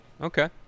Okay